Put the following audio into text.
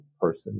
person